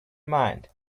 mind